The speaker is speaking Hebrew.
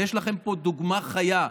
ויש לכם פה דוגמה חיה.